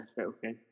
okay